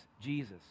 Jesus